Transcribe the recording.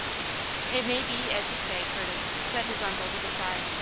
it may be as you say, curtis, said his uncle, with a sigh.